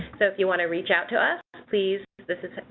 so if you want to reach out to us please, this is ah